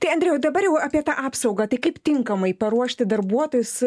tai andriau dabar jau apie tą apsaugą tai kaip tinkamai paruošti darbuotojus